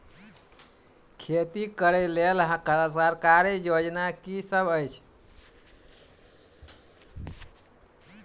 खेती करै लेल सरकारी योजना की सब अछि?